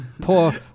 poor